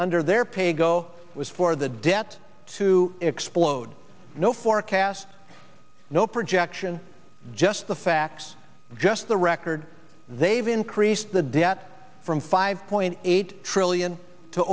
under their pay go was for the debt to explode no forecast no projection just the facts just the record they've increased the debt from five point eight trillion to